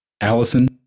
Allison